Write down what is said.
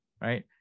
Right